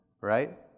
right